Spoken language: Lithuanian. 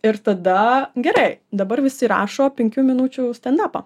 ir tada gerai dabar visi rašo penkių minučių standapą